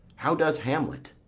how does hamlet?